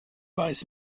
weiß